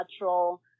natural